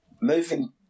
moving